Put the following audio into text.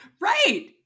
right